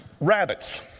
Rabbits